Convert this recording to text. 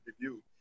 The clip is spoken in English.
review